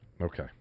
Okay